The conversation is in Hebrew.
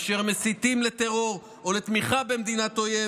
אשר מסיתים לטרור או לתמיכה במדינת אויב